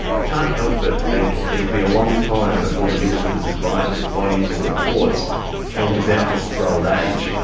i can't help but think it'll be a long time before the minister's advisory bodies and reports change his outlook for old age.